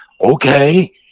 okay